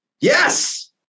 Yes